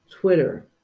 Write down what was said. twitter